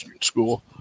school